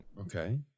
Okay